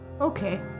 Okay